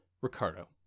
ricardo